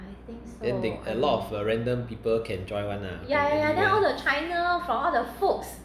then they a lot of a random people can join [one] lah